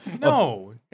No